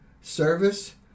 service